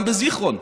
גם בזיכרון.